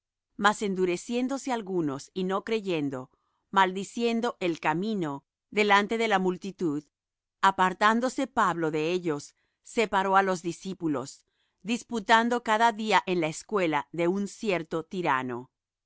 mas endureciéndose algunos y no creyendo maldiciendo el camino delante de la multitud apartándose pablo de ellos separó á los discípulos disputando cada día en la escuela de un cierto tyranno